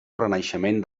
renaixement